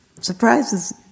surprises